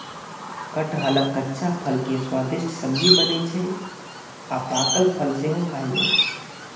कटहलक कच्चा फल के स्वादिष्ट सब्जी बनै छै आ पाकल फल सेहो खायल जाइ छै